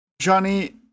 Johnny